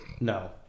No